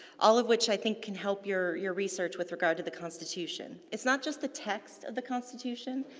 all of which, i think, can help your your research with regards to the constitution. it's not just the text of the constitution,